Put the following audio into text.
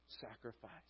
sacrifice